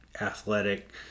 athletic